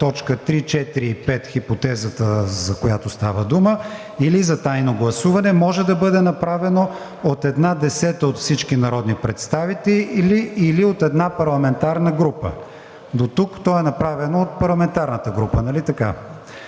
2, т. 3, 4 и 5 – хипотезата, за която става дума – или за тайно гласуване, може да бъде направено от една десета от всички народни представители или от една парламентарна група.“ – Дотук то е направено от парламентарната група, нали така?